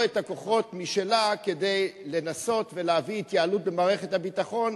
כוחות משלה כדי לנסות ולהביא התייעלות במערכת הביטחון,